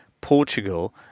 Portugal